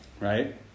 right